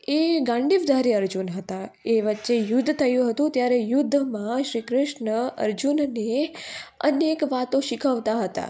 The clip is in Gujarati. એ ગાંડીવધારી અર્જુન હતા એ વચ્ચે યુદ્ધ થયું હતું ત્યારે યુદ્ધમાં શ્રી ક્રિશ્ન અર્જુનને અનેક વાતો શીખવતા હતા